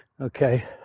Okay